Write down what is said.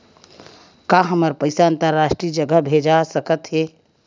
का हमर पईसा अंतरराष्ट्रीय जगह भेजा सकत हे?